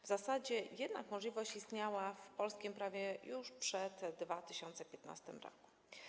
W zasadzie jednak możliwość istniała w polskim prawie już przed 2015 r.